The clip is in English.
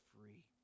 free